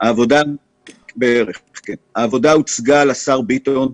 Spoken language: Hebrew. העבודה הוצגה לשר ביטון,